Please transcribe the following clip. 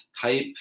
type